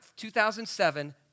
2007